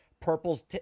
purple's